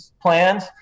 plans